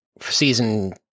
season